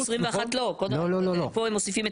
לא, לא, לא.